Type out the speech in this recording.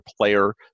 player